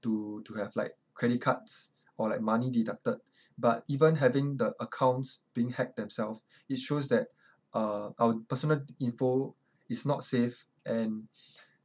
to to have like credit cards or like money deducted but even having the accounts being hacked themselves it shows that uh our personal info is not safe and